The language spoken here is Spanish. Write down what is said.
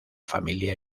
familia